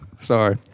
Sorry